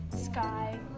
sky